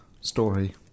story